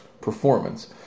performance